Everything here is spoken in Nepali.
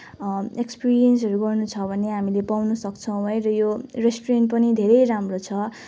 एक्सपिरिएन्सहरू गर्नु छ भने हामीले पाउनसक्छौँ है र यो रेस्टुरेन्ट पनि धेरै राम्रो छ